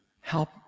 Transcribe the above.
Help